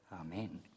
Amen